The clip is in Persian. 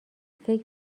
فکر